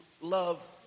love